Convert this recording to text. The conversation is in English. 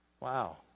Wow